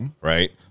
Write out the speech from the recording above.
Right